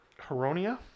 Heronia